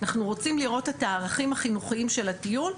אנחנו רוצים לראות את הערכים החינוכיים של הטיול,